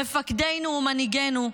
מפקדינו ומנהיגינו,